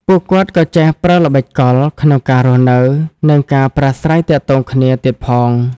ពួកគាត់ក៏ចេះប្រើល្បិចកលក្នុងការរស់នៅ និងការប្រាស្រ័យទាក់ទងគ្នាទៀតផង។